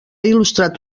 il·lustrat